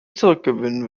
zurückgewinnen